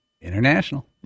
International